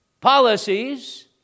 policies